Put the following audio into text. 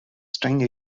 sting